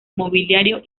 mobiliario